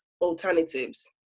alternatives